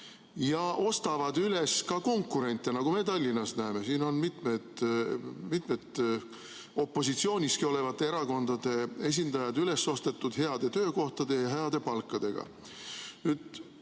ja ostavad üles ka konkurente. Nagu me Tallinnas näeme, siin on mitmed opositsioonis olevate erakondade esindajadki üles ostetud heade töökohtade ja heade palkadega.